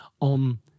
on